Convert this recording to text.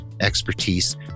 expertise